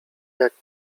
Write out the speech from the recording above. jak